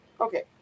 Okay